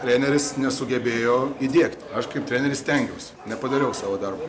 treneris nesugebėjo įdiegti aš kaip treneris stengiausi nepadariau savo darbo